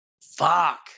Fuck